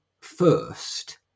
first